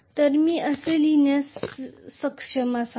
तर मी हे असे लिहायला सक्षम असावे